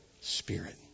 spirit